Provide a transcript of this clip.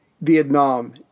Vietnam